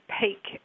peak